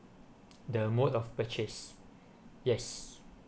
the mode of purchase yes